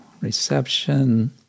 reception